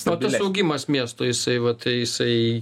o tas augimas miesto jisai vat jisai